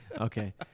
Okay